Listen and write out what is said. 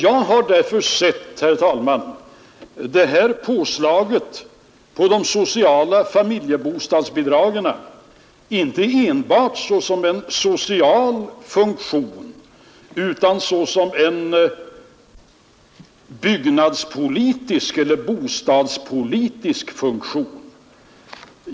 Jag har därför sett, herr talman, detta påslag på de sociala familjebostadsbidragen inte enbart såsom en social funktion, utan såsom en byggnadspolitisk eller bostadspolitisk funktion.